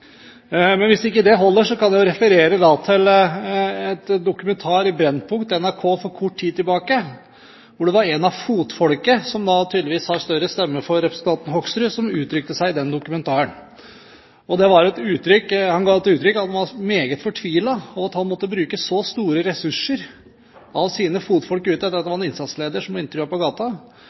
Men hvis ikke det holder, kan jeg referere til en dokumentar i Brennpunkt, i NRK, for kort tid tilbake, hvor det var en fra fotfolket, som da tydeligvis har «større stemme» for representanten Hoksrud, som uttrykte seg i den dokumentaren. Han uttrykte at han var meget fortvilet over at han måtte bruke så store ressurser ute – dette var en innsatsleder som ble intervjuet på